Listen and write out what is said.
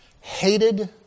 hated